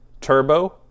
Turbo